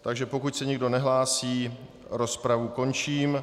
Takže pokud se nikdo nehlásí, rozpravu končím.